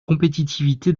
compétitivité